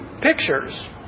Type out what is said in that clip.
pictures